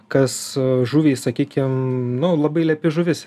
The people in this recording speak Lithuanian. kas žuvį sakykim nu labai lepi žuvis